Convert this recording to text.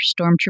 stormtrooper